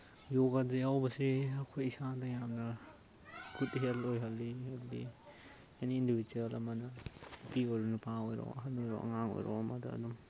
ꯌꯣꯒꯥꯗ ꯌꯥꯎꯕꯁꯤ ꯑꯩꯈꯣꯏ ꯏꯁꯥꯗ ꯌꯥꯝꯅ ꯒꯨꯠ ꯍꯦꯜ ꯑꯣꯏꯍꯜꯂꯤ ꯍꯥꯏꯕꯗꯤ ꯑꯦꯅꯤ ꯏꯟꯗꯤꯚꯤꯖ꯭ꯋꯦꯜ ꯑꯃꯅ ꯅꯨꯄꯤ ꯑꯣꯏꯔꯣ ꯅꯨꯄꯥ ꯑꯣꯏꯔꯣ ꯑꯍꯜ ꯑꯣꯏꯔꯣ ꯑꯉꯥꯡ ꯑꯣꯏꯔꯣ ꯑꯃꯗ ꯑꯗꯨꯝ